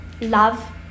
love